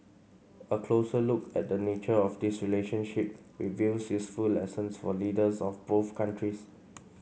a closer look at the nature of this relationship reveals useful lessons for leaders of both countries